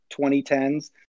2010s